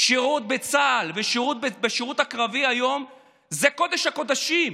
שירות בצה"ל ושירות קרבי היום זה קודש הקודשים,